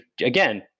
again